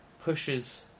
pushes